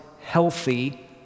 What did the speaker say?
healthy